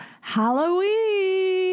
Halloween